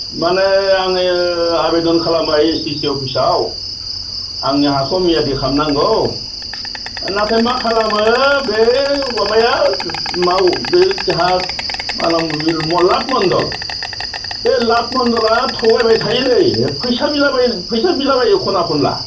माने आङो आबेदन खालामबाय एस टि सि अफिसाव आंनि हाखौ मियादि खालामनांगौ नाथाय मा खालामो बे माबाया माव बे जोंहा मा होनना बुङोमोन बे लाट मनदल बे लाट मन्दला थगायबाय थायोलै फैसा बिलाबायो खना खनला